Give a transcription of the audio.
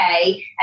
okay